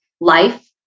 life